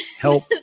help